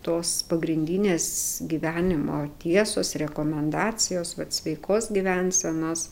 tos pagrindinės gyvenimo tiesos rekomendacijos vat sveikos gyvensenos